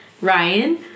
Ryan